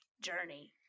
journey